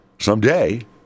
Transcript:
someday